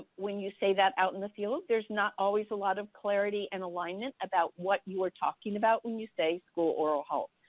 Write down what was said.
when you say that out in the field, there is not always a lot of clarity and alignment about what you are talking about when you say school oral health.